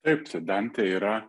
taip tai dantė yra